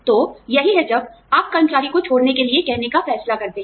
तो यही है जब आप कर्मचारी को छोड़ने के लिए कहने का फैसला करते हैं